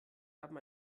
haben